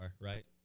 right